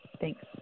Thanks